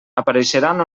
apareixeran